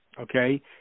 Okay